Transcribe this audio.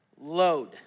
load